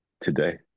today